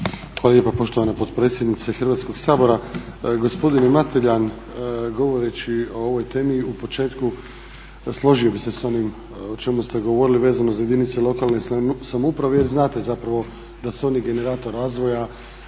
lijepo poštovana potpredsjednice Hrvatskog sabora. Gospodine Mateljan, govoreći o ovoj temi u početku složio bih se s onim o čemu ste govorili vezano za jedinice lokalne samouprave jer znate da su oni generator razvoja